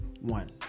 One